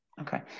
Okay